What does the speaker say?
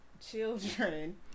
children